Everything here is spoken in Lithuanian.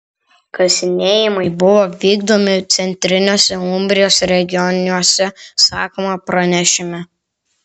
kasinėjimai buvo vykdomi centriniuose umbrijos regionuose sakoma pranešime